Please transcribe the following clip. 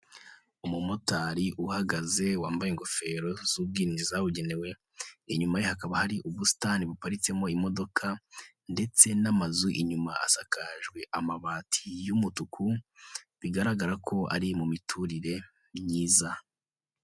Umumotari uhagaze wambaye ingofero z'ubwirinzi zabugenewe, inyuma hakaba hari ubusitani buparitsemo imodoka ndetse n'amazu inyuma asakajwe amabati y'umutuku bigaragara ko ari mu miturire myiza.